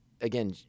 again